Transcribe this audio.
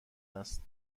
است